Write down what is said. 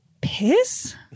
piss